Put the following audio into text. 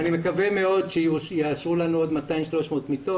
אני מקווה מאוד שיאשרו לנו עוד 300-200 מיטות.